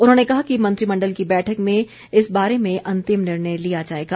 उन्होंने कहा कि मंत्रिमंडल की बैठक में इस बारे में अंतिम निर्णय लिया जाएगा